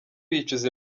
yicuza